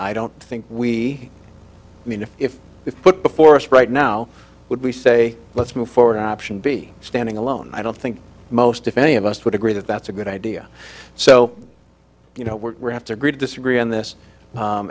i don't think we i mean if if if put before us right now would we say let's move forward an option b standing alone i don't think most if any of us would agree that that's a good idea so you know we're have to agree to disagree on this